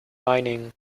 mining